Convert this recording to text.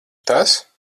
tas